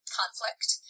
conflict